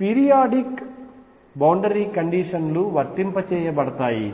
periodic boundary కండిషన్లు వర్తింపజేయబడతాయి